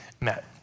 met